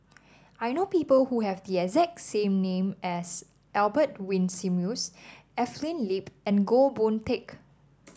I know people who have the exact same name as Albert Winsemius Evelyn Lip and Goh Boon Teck